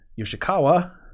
Yoshikawa